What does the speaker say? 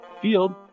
field